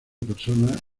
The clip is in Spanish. personas